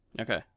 okay